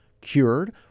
cured